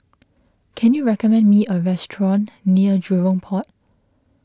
can you recommend me a restaurant near Jurong Port